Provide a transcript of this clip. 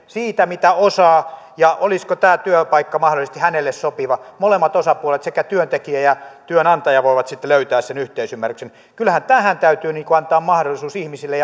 siitä mitä osaa ja olisiko tämä työpaikka mahdollisesti hänelle sopiva molemmat osapuolet sekä työntekijä että työnantaja voivat sitten löytää sen yhteisymmärryksen kyllähän täytyy antaa mahdollisuus ihmisille